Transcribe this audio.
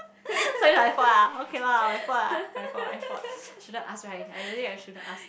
so it's my fault lah okay lah my fault lah my fault my fault shouldn't ask right I really shouldn't ask